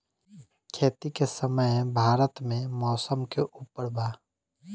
खेती के समय भारत मे मौसम के उपर बा